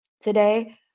today